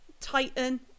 titan